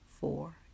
four